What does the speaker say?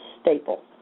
staple